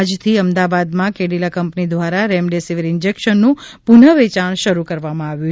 આજથી અમદાવાદમાં કેડિલા કંપની દ્વારા રેમડેસિવિર ઈજેક્શનનું પુનઃવેચાણ શરૂ કરવામાં આવ્યું છે